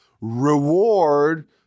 reward